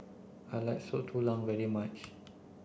I like Soup Tulang very much